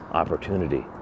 opportunity